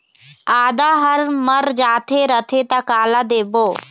आदा हर मर जाथे रथे त काला देबो?